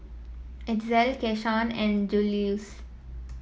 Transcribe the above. Itzel Keshawn and Juluis